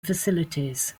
facilities